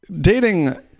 Dating